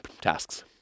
tasks